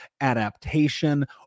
adaptation